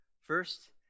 First